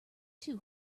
too